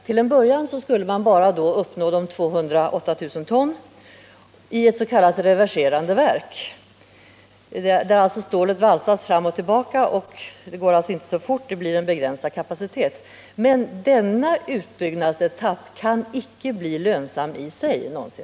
Till en början skulle man bara uppnå en kapacitet av 208 000 ton i ett s.k. reverserande verk, där stålet valsas fram och tillbaka, vilket tar tid och endast medger en begränsad kapacitet. Denna utbyggnad kan inte någonsin i sig bli lönsam.